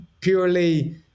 purely